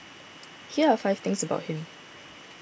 here are five things about him